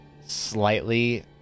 slightly